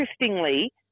interestingly